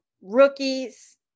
rookies